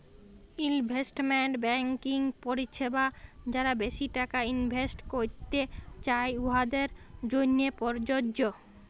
investment banking পরিছেবা যারা বেশি টাকা ইলভেস্ট ক্যইরতে চায়, উয়াদের জ্যনহে পরযজ্য